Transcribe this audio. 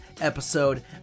episode